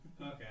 Okay